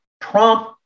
Trump